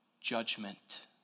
judgment